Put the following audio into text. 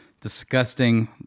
disgusting